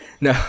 No